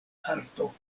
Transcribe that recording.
arto